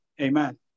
amen